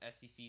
SEC